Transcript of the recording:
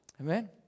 Amen